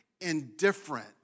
indifferent